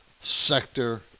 Sector